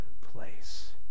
place